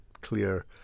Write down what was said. clear